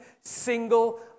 single